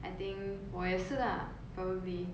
I think 我也是 lah probably ya